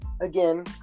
again